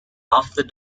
after